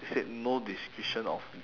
they said no discretion of